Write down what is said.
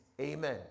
Amen